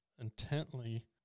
intently